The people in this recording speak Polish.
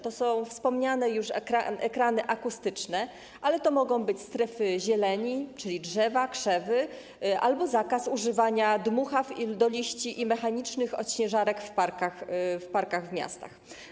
To są wspomniane już ekrany akustyczne, ale to mogą być strefy zieleni, czyli drzewa, krzewy, albo zakaz używania dmuchaw do liści i mechanicznych odśnieżarek w parkach w miastach.